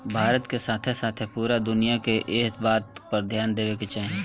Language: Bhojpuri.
भारत के साथे साथे पूरा दुनिया के एह बात पर ध्यान देवे के चाही